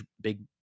big